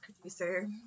producer